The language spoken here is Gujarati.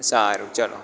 સારું ચાલો